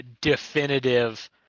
definitive